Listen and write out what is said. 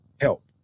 help